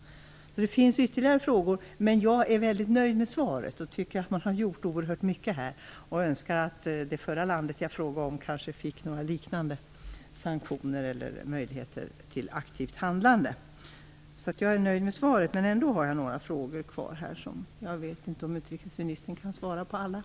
Det finns ytterligare frågor, och jag vet inte om utrikesministern kan svara på alla, men jag är väldigt nöjd med svaret och tycker att man har gjort oerhört mycket. Jag önskar att liknande sanktioner eller möjligheter till aktivt handlande skulle finnas när det gäller Tibet, som var det förra landet jag frågade om.